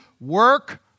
work